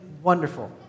wonderful